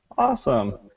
Awesome